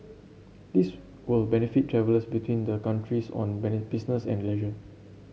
this will benefit travellers between the countries on business and leisure